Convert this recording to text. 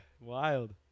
Wild